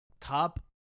top